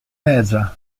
regia